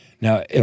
Now